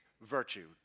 virtue